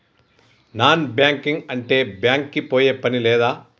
Non banking అంటే bank కి పోయే పని లేదా?